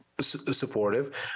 supportive